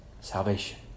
salvation